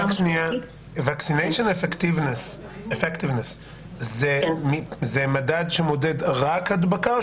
Vaccination effectiveness זה מדד שמודד רק הדבקה,